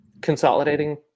consolidating